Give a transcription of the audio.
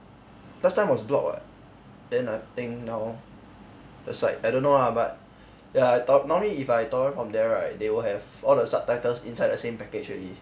last time was block [what] then I think now it's like I don't know ah but ya I tor~ normally if I torrent from there right they will have all the subtitles inside the same package already